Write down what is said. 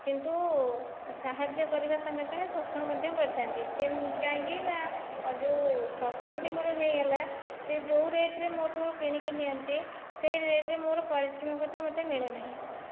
କିନ୍ତୁ ସାହାଯ୍ୟ କରିବା ସଙ୍ଗେସଙ୍ଗେ ଶୋଷଣ ମଧ୍ୟ କରିଥାନ୍ତି କାହିଁକିନା ଯେଉଁ ଫସଲଟି ମୋର ହୋଇଗଲା ସେ ଯେଉଁ ରେଟ୍ରେ ମୋଠୁ କିଣିକି ନିଅନ୍ତି ସେହି ରେଟ୍ରେ ମୋର ପାରିଶ୍ରମିକଟା ମୋତେ ମିଳେନାହିଁ